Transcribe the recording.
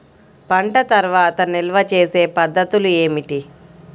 పంట తర్వాత నిల్వ చేసే పద్ధతులు ఏమిటి?